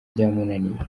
byamunaniye